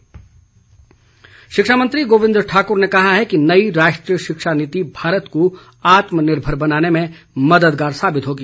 शिक्षा मंत्री शिक्षा मंत्री गोविंद ठाक्र ने कहा है कि नई राष्ट्रीय शिक्षा नीति भारत को आत्मनिर्भर बनाने में मददगार साबित होगी